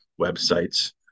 websites